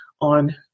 on